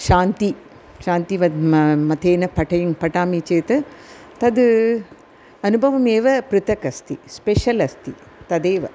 शान्ति शान्तिवत् मतेन पटेन पठामि चेत् तद् अनुभवमेव पृथकस्ति स्पेशल् अस्ति तदेव